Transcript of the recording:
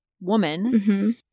woman